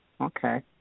Okay